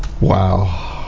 Wow